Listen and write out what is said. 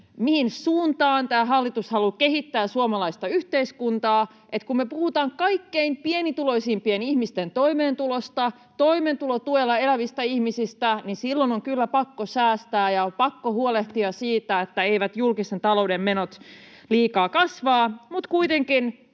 mihin suuntaan tämä hallitus haluaa kehittää suomalaista yhteiskuntaa. Eli kun me puhutaan kaikkein pienituloisimpien ihmisten toimeentulosta, toimeentulotuella elävistä ihmisistä, niin silloin on kyllä pakko säästää ja on pakko huolehtia siitä, että eivät julkisen talouden menot liikaa kasva,